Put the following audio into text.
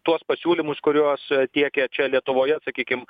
tuos pasiūlymus kuriuos tiekia čia lietuvoje sakykim